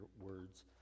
words